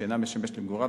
שאינה משמשת למגוריו,